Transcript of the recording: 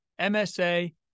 MSA